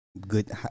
Good